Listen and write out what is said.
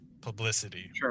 publicity